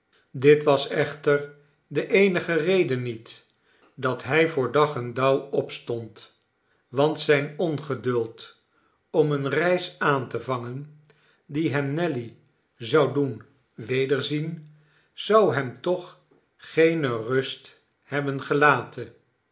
dit was echter de eenige reden niet dat hij voor dag en dairw opstond want zijn ongeduld om eene reis aan te vangen die hem nelly zou doen wederzien zou hem toch geene rust hebben gelaten